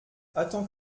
attends